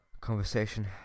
conversation